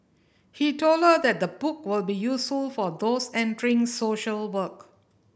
he told her that the book will be useful for those entering social work